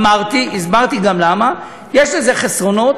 אמרתי, הסברתי גם למה, יש לזה חסרונות.